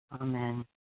Amen